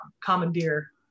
commandeer